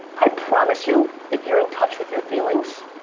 i promise you, if you're in touch with your feelings,